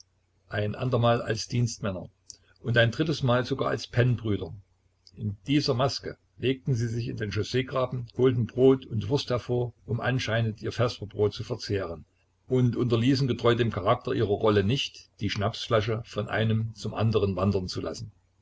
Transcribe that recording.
ein andermal als dienstmänner und ein drittes mal sogar als pennbrüder in dieser maske legten sie sich in den chausseegraben holten brot und wurst hervor um anscheinend ihr vesperbrot zu verzehren und unterließen getreu dem charakter ihrer rolle nicht die schnapsflasche von einem zum andern wandern zu lassen